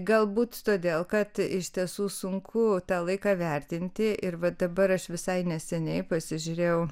galbūt todėl kad iš tiesų sunku tą laiką vertinti ir va dabar aš visai neseniai pasižiūrėjau